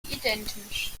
identisch